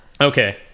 Okay